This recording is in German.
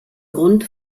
grund